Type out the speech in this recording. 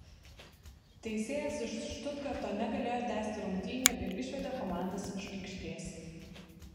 teisėjas iš štutgarto negalėjo tęsti rungtynių ir išvedė komandas iš aikštės